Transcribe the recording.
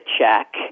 check